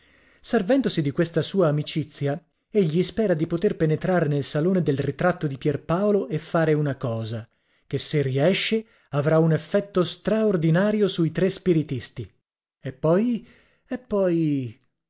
servendosi di questa sua amicizia egli spera di poter penetrare nel salone del ritratto di pierpaolo e fare una cosa che se riesce avrà un effetto straordinario sui tre spiritisti e poi e poi